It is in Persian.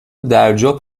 درجا